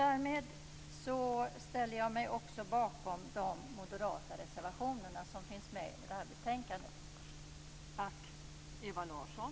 Därmed ställer jag mig också bakom de moderata reservationer som finns i det här betänkandet.